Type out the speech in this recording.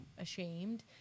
ashamed